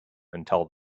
until